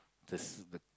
the s~ the